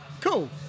Cool